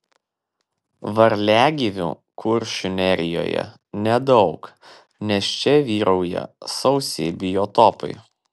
varliagyvių kuršių nerijoje nedaug nes čia vyrauja sausi biotopai